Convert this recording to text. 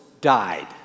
died